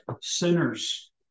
sinners